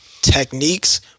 techniques